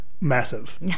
massive